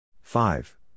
Five